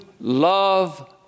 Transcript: love